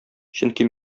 чөнки